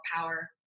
power